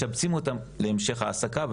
משבצים אותם להמשך העסקה,